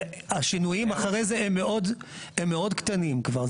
השינויים אחרי זה הם כבר מאוד קטנים כבר,